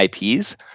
IPs